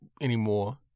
anymore